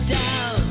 down